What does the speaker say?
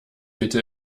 bitte